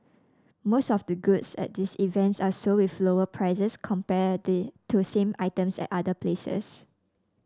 most of the goods at these events are sold with lower prices compared to same items at other places